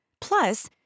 Plus